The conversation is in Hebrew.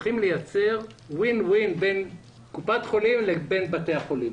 צריכים לייצר וין-וין בית קופת חולים לבית בתי החולים